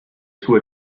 suo